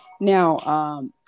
Now